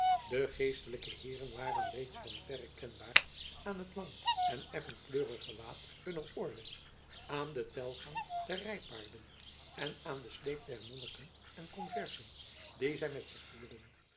de geestelijke heeren waren reeds van verre kenbaar aan het lang en effenkleurig gewaad hunner orde aan den telgang der rijpaarden en aan den sleep der monniken en conversen dien zij met zich voerden